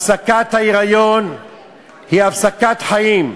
הפסקת ההיריון היא הפסקת חיים,